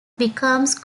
becomes